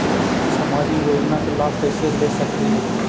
सामाजिक योजना के लाभ कैसे ले सकली हे?